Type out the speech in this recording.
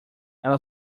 ela